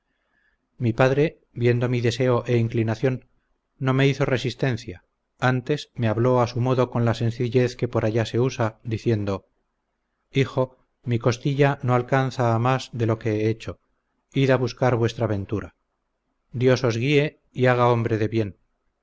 mi padre viendo mi deseo e inclinación no me hizo resistencia antes me habló a su modo con la sencillez que por allá se usa diciendo hijo mi costilla no alcanza a más de lo que he hecho id a buscar vuestra ventura dios os guíe y haga hombre de bien